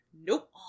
Nope